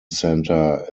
centre